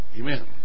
Amen